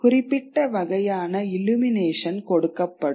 குறிப்பிட்ட வகையான இல்லுமினேஷன் கொடுக்கப்படும்